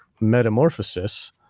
Metamorphosis